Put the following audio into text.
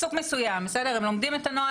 הם לומדים את הנוהל,